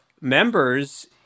members